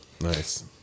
Nice